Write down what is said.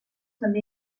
també